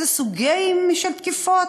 איזה סוגים של תקיפות?